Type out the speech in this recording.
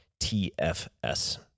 TFS